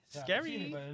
Scary